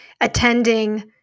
attending